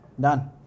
Done